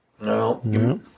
No